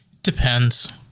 Depends